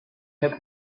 took